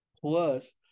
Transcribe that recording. Plus